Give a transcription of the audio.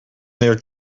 their